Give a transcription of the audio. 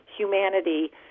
Humanity